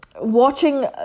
Watching